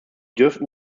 dürften